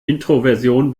introversion